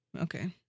Okay